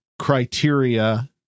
criteria